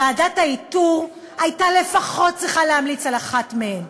ועדת האיתור הייתה לפחות צריכה להמליץ על אחת מהן.